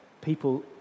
People